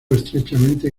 estrechamente